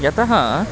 यतः